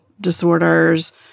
disorders